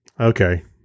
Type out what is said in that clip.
Okay